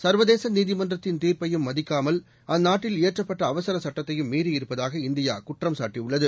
சர்வதேச நீதிமன்றத்தின் தீர்ப்பையும் மதிக்காமல் அந்நாட்டில் இயற்றப்பட்ட அவசர சுட்டத்தையும் மீறியிருப்பதாக இந்தியா குற்றம் சாட்டியுள்ளது